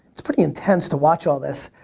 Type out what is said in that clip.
it's pretty intense to watch all this.